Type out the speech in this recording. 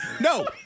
no